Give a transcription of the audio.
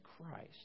Christ